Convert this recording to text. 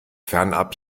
fernab